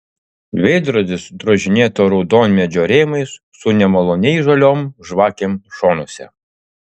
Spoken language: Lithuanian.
veidrodis drožinėto raudonmedžio rėmais su nemaloniai žaliom žvakėm šonuose